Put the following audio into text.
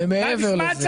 ומעבר לזה.